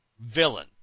Villain